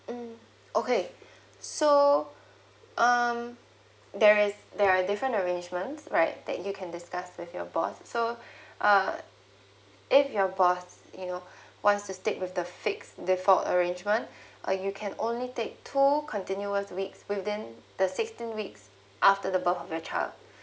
mm okay so um there's there are different arrangements right that you can discuss with your boss so uh if your boss you know wants to stick with the fixed default arrangement uh you can only take two continuous leave within the sixteen weeks after the birth of your child